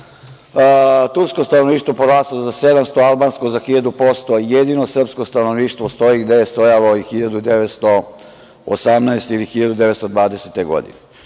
tursko stanovništvo poraslo za 700%, albansko za 1.000%, jedino srpsko stanovništvo stoji gde je stajalo i 1918. ili 1920. godine. Mi